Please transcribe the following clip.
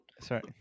Sorry